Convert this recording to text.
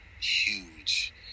huge